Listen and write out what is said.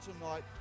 tonight